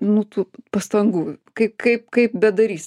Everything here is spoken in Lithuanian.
nu tų pastangų kai kaip kaip bedarys